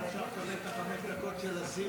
אי-אפשר לקבל את חמש הדקות של לזימי?